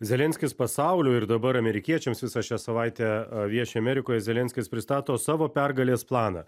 zelenskis pasaulio ir dabar amerikiečiams visą šią savaitę vieši amerikoje zelenskis pristato savo pergalės planą